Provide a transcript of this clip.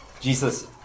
Jesus